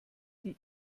die